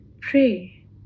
pray